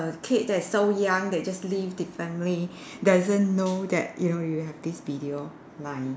a kid that is so young they just leave the family doesn't know that you know you have this video lying